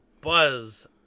Buzz